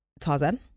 Tarzan